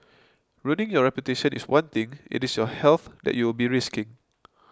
ruining your reputation is one thing it is your health that you will be risking